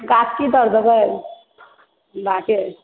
गाछ तोड़ देबै